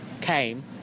came